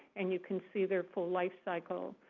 and you can see their full life cycle.